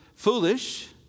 foolish